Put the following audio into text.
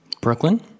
Brooklyn